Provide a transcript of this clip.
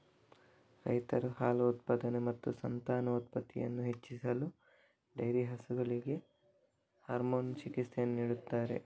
ರೈತರು ಹಾಲು ಉತ್ಪಾದನೆ ಮತ್ತು ಸಂತಾನೋತ್ಪತ್ತಿಯನ್ನು ಹೆಚ್ಚಿಸಲು ಡೈರಿ ಹಸುಗಳಿಗೆ ಹಾರ್ಮೋನ್ ಚಿಕಿತ್ಸೆಯನ್ನು ನೀಡುತ್ತಾರೆ